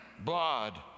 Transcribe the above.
blood